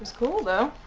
cool though.